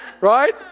Right